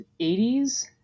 80s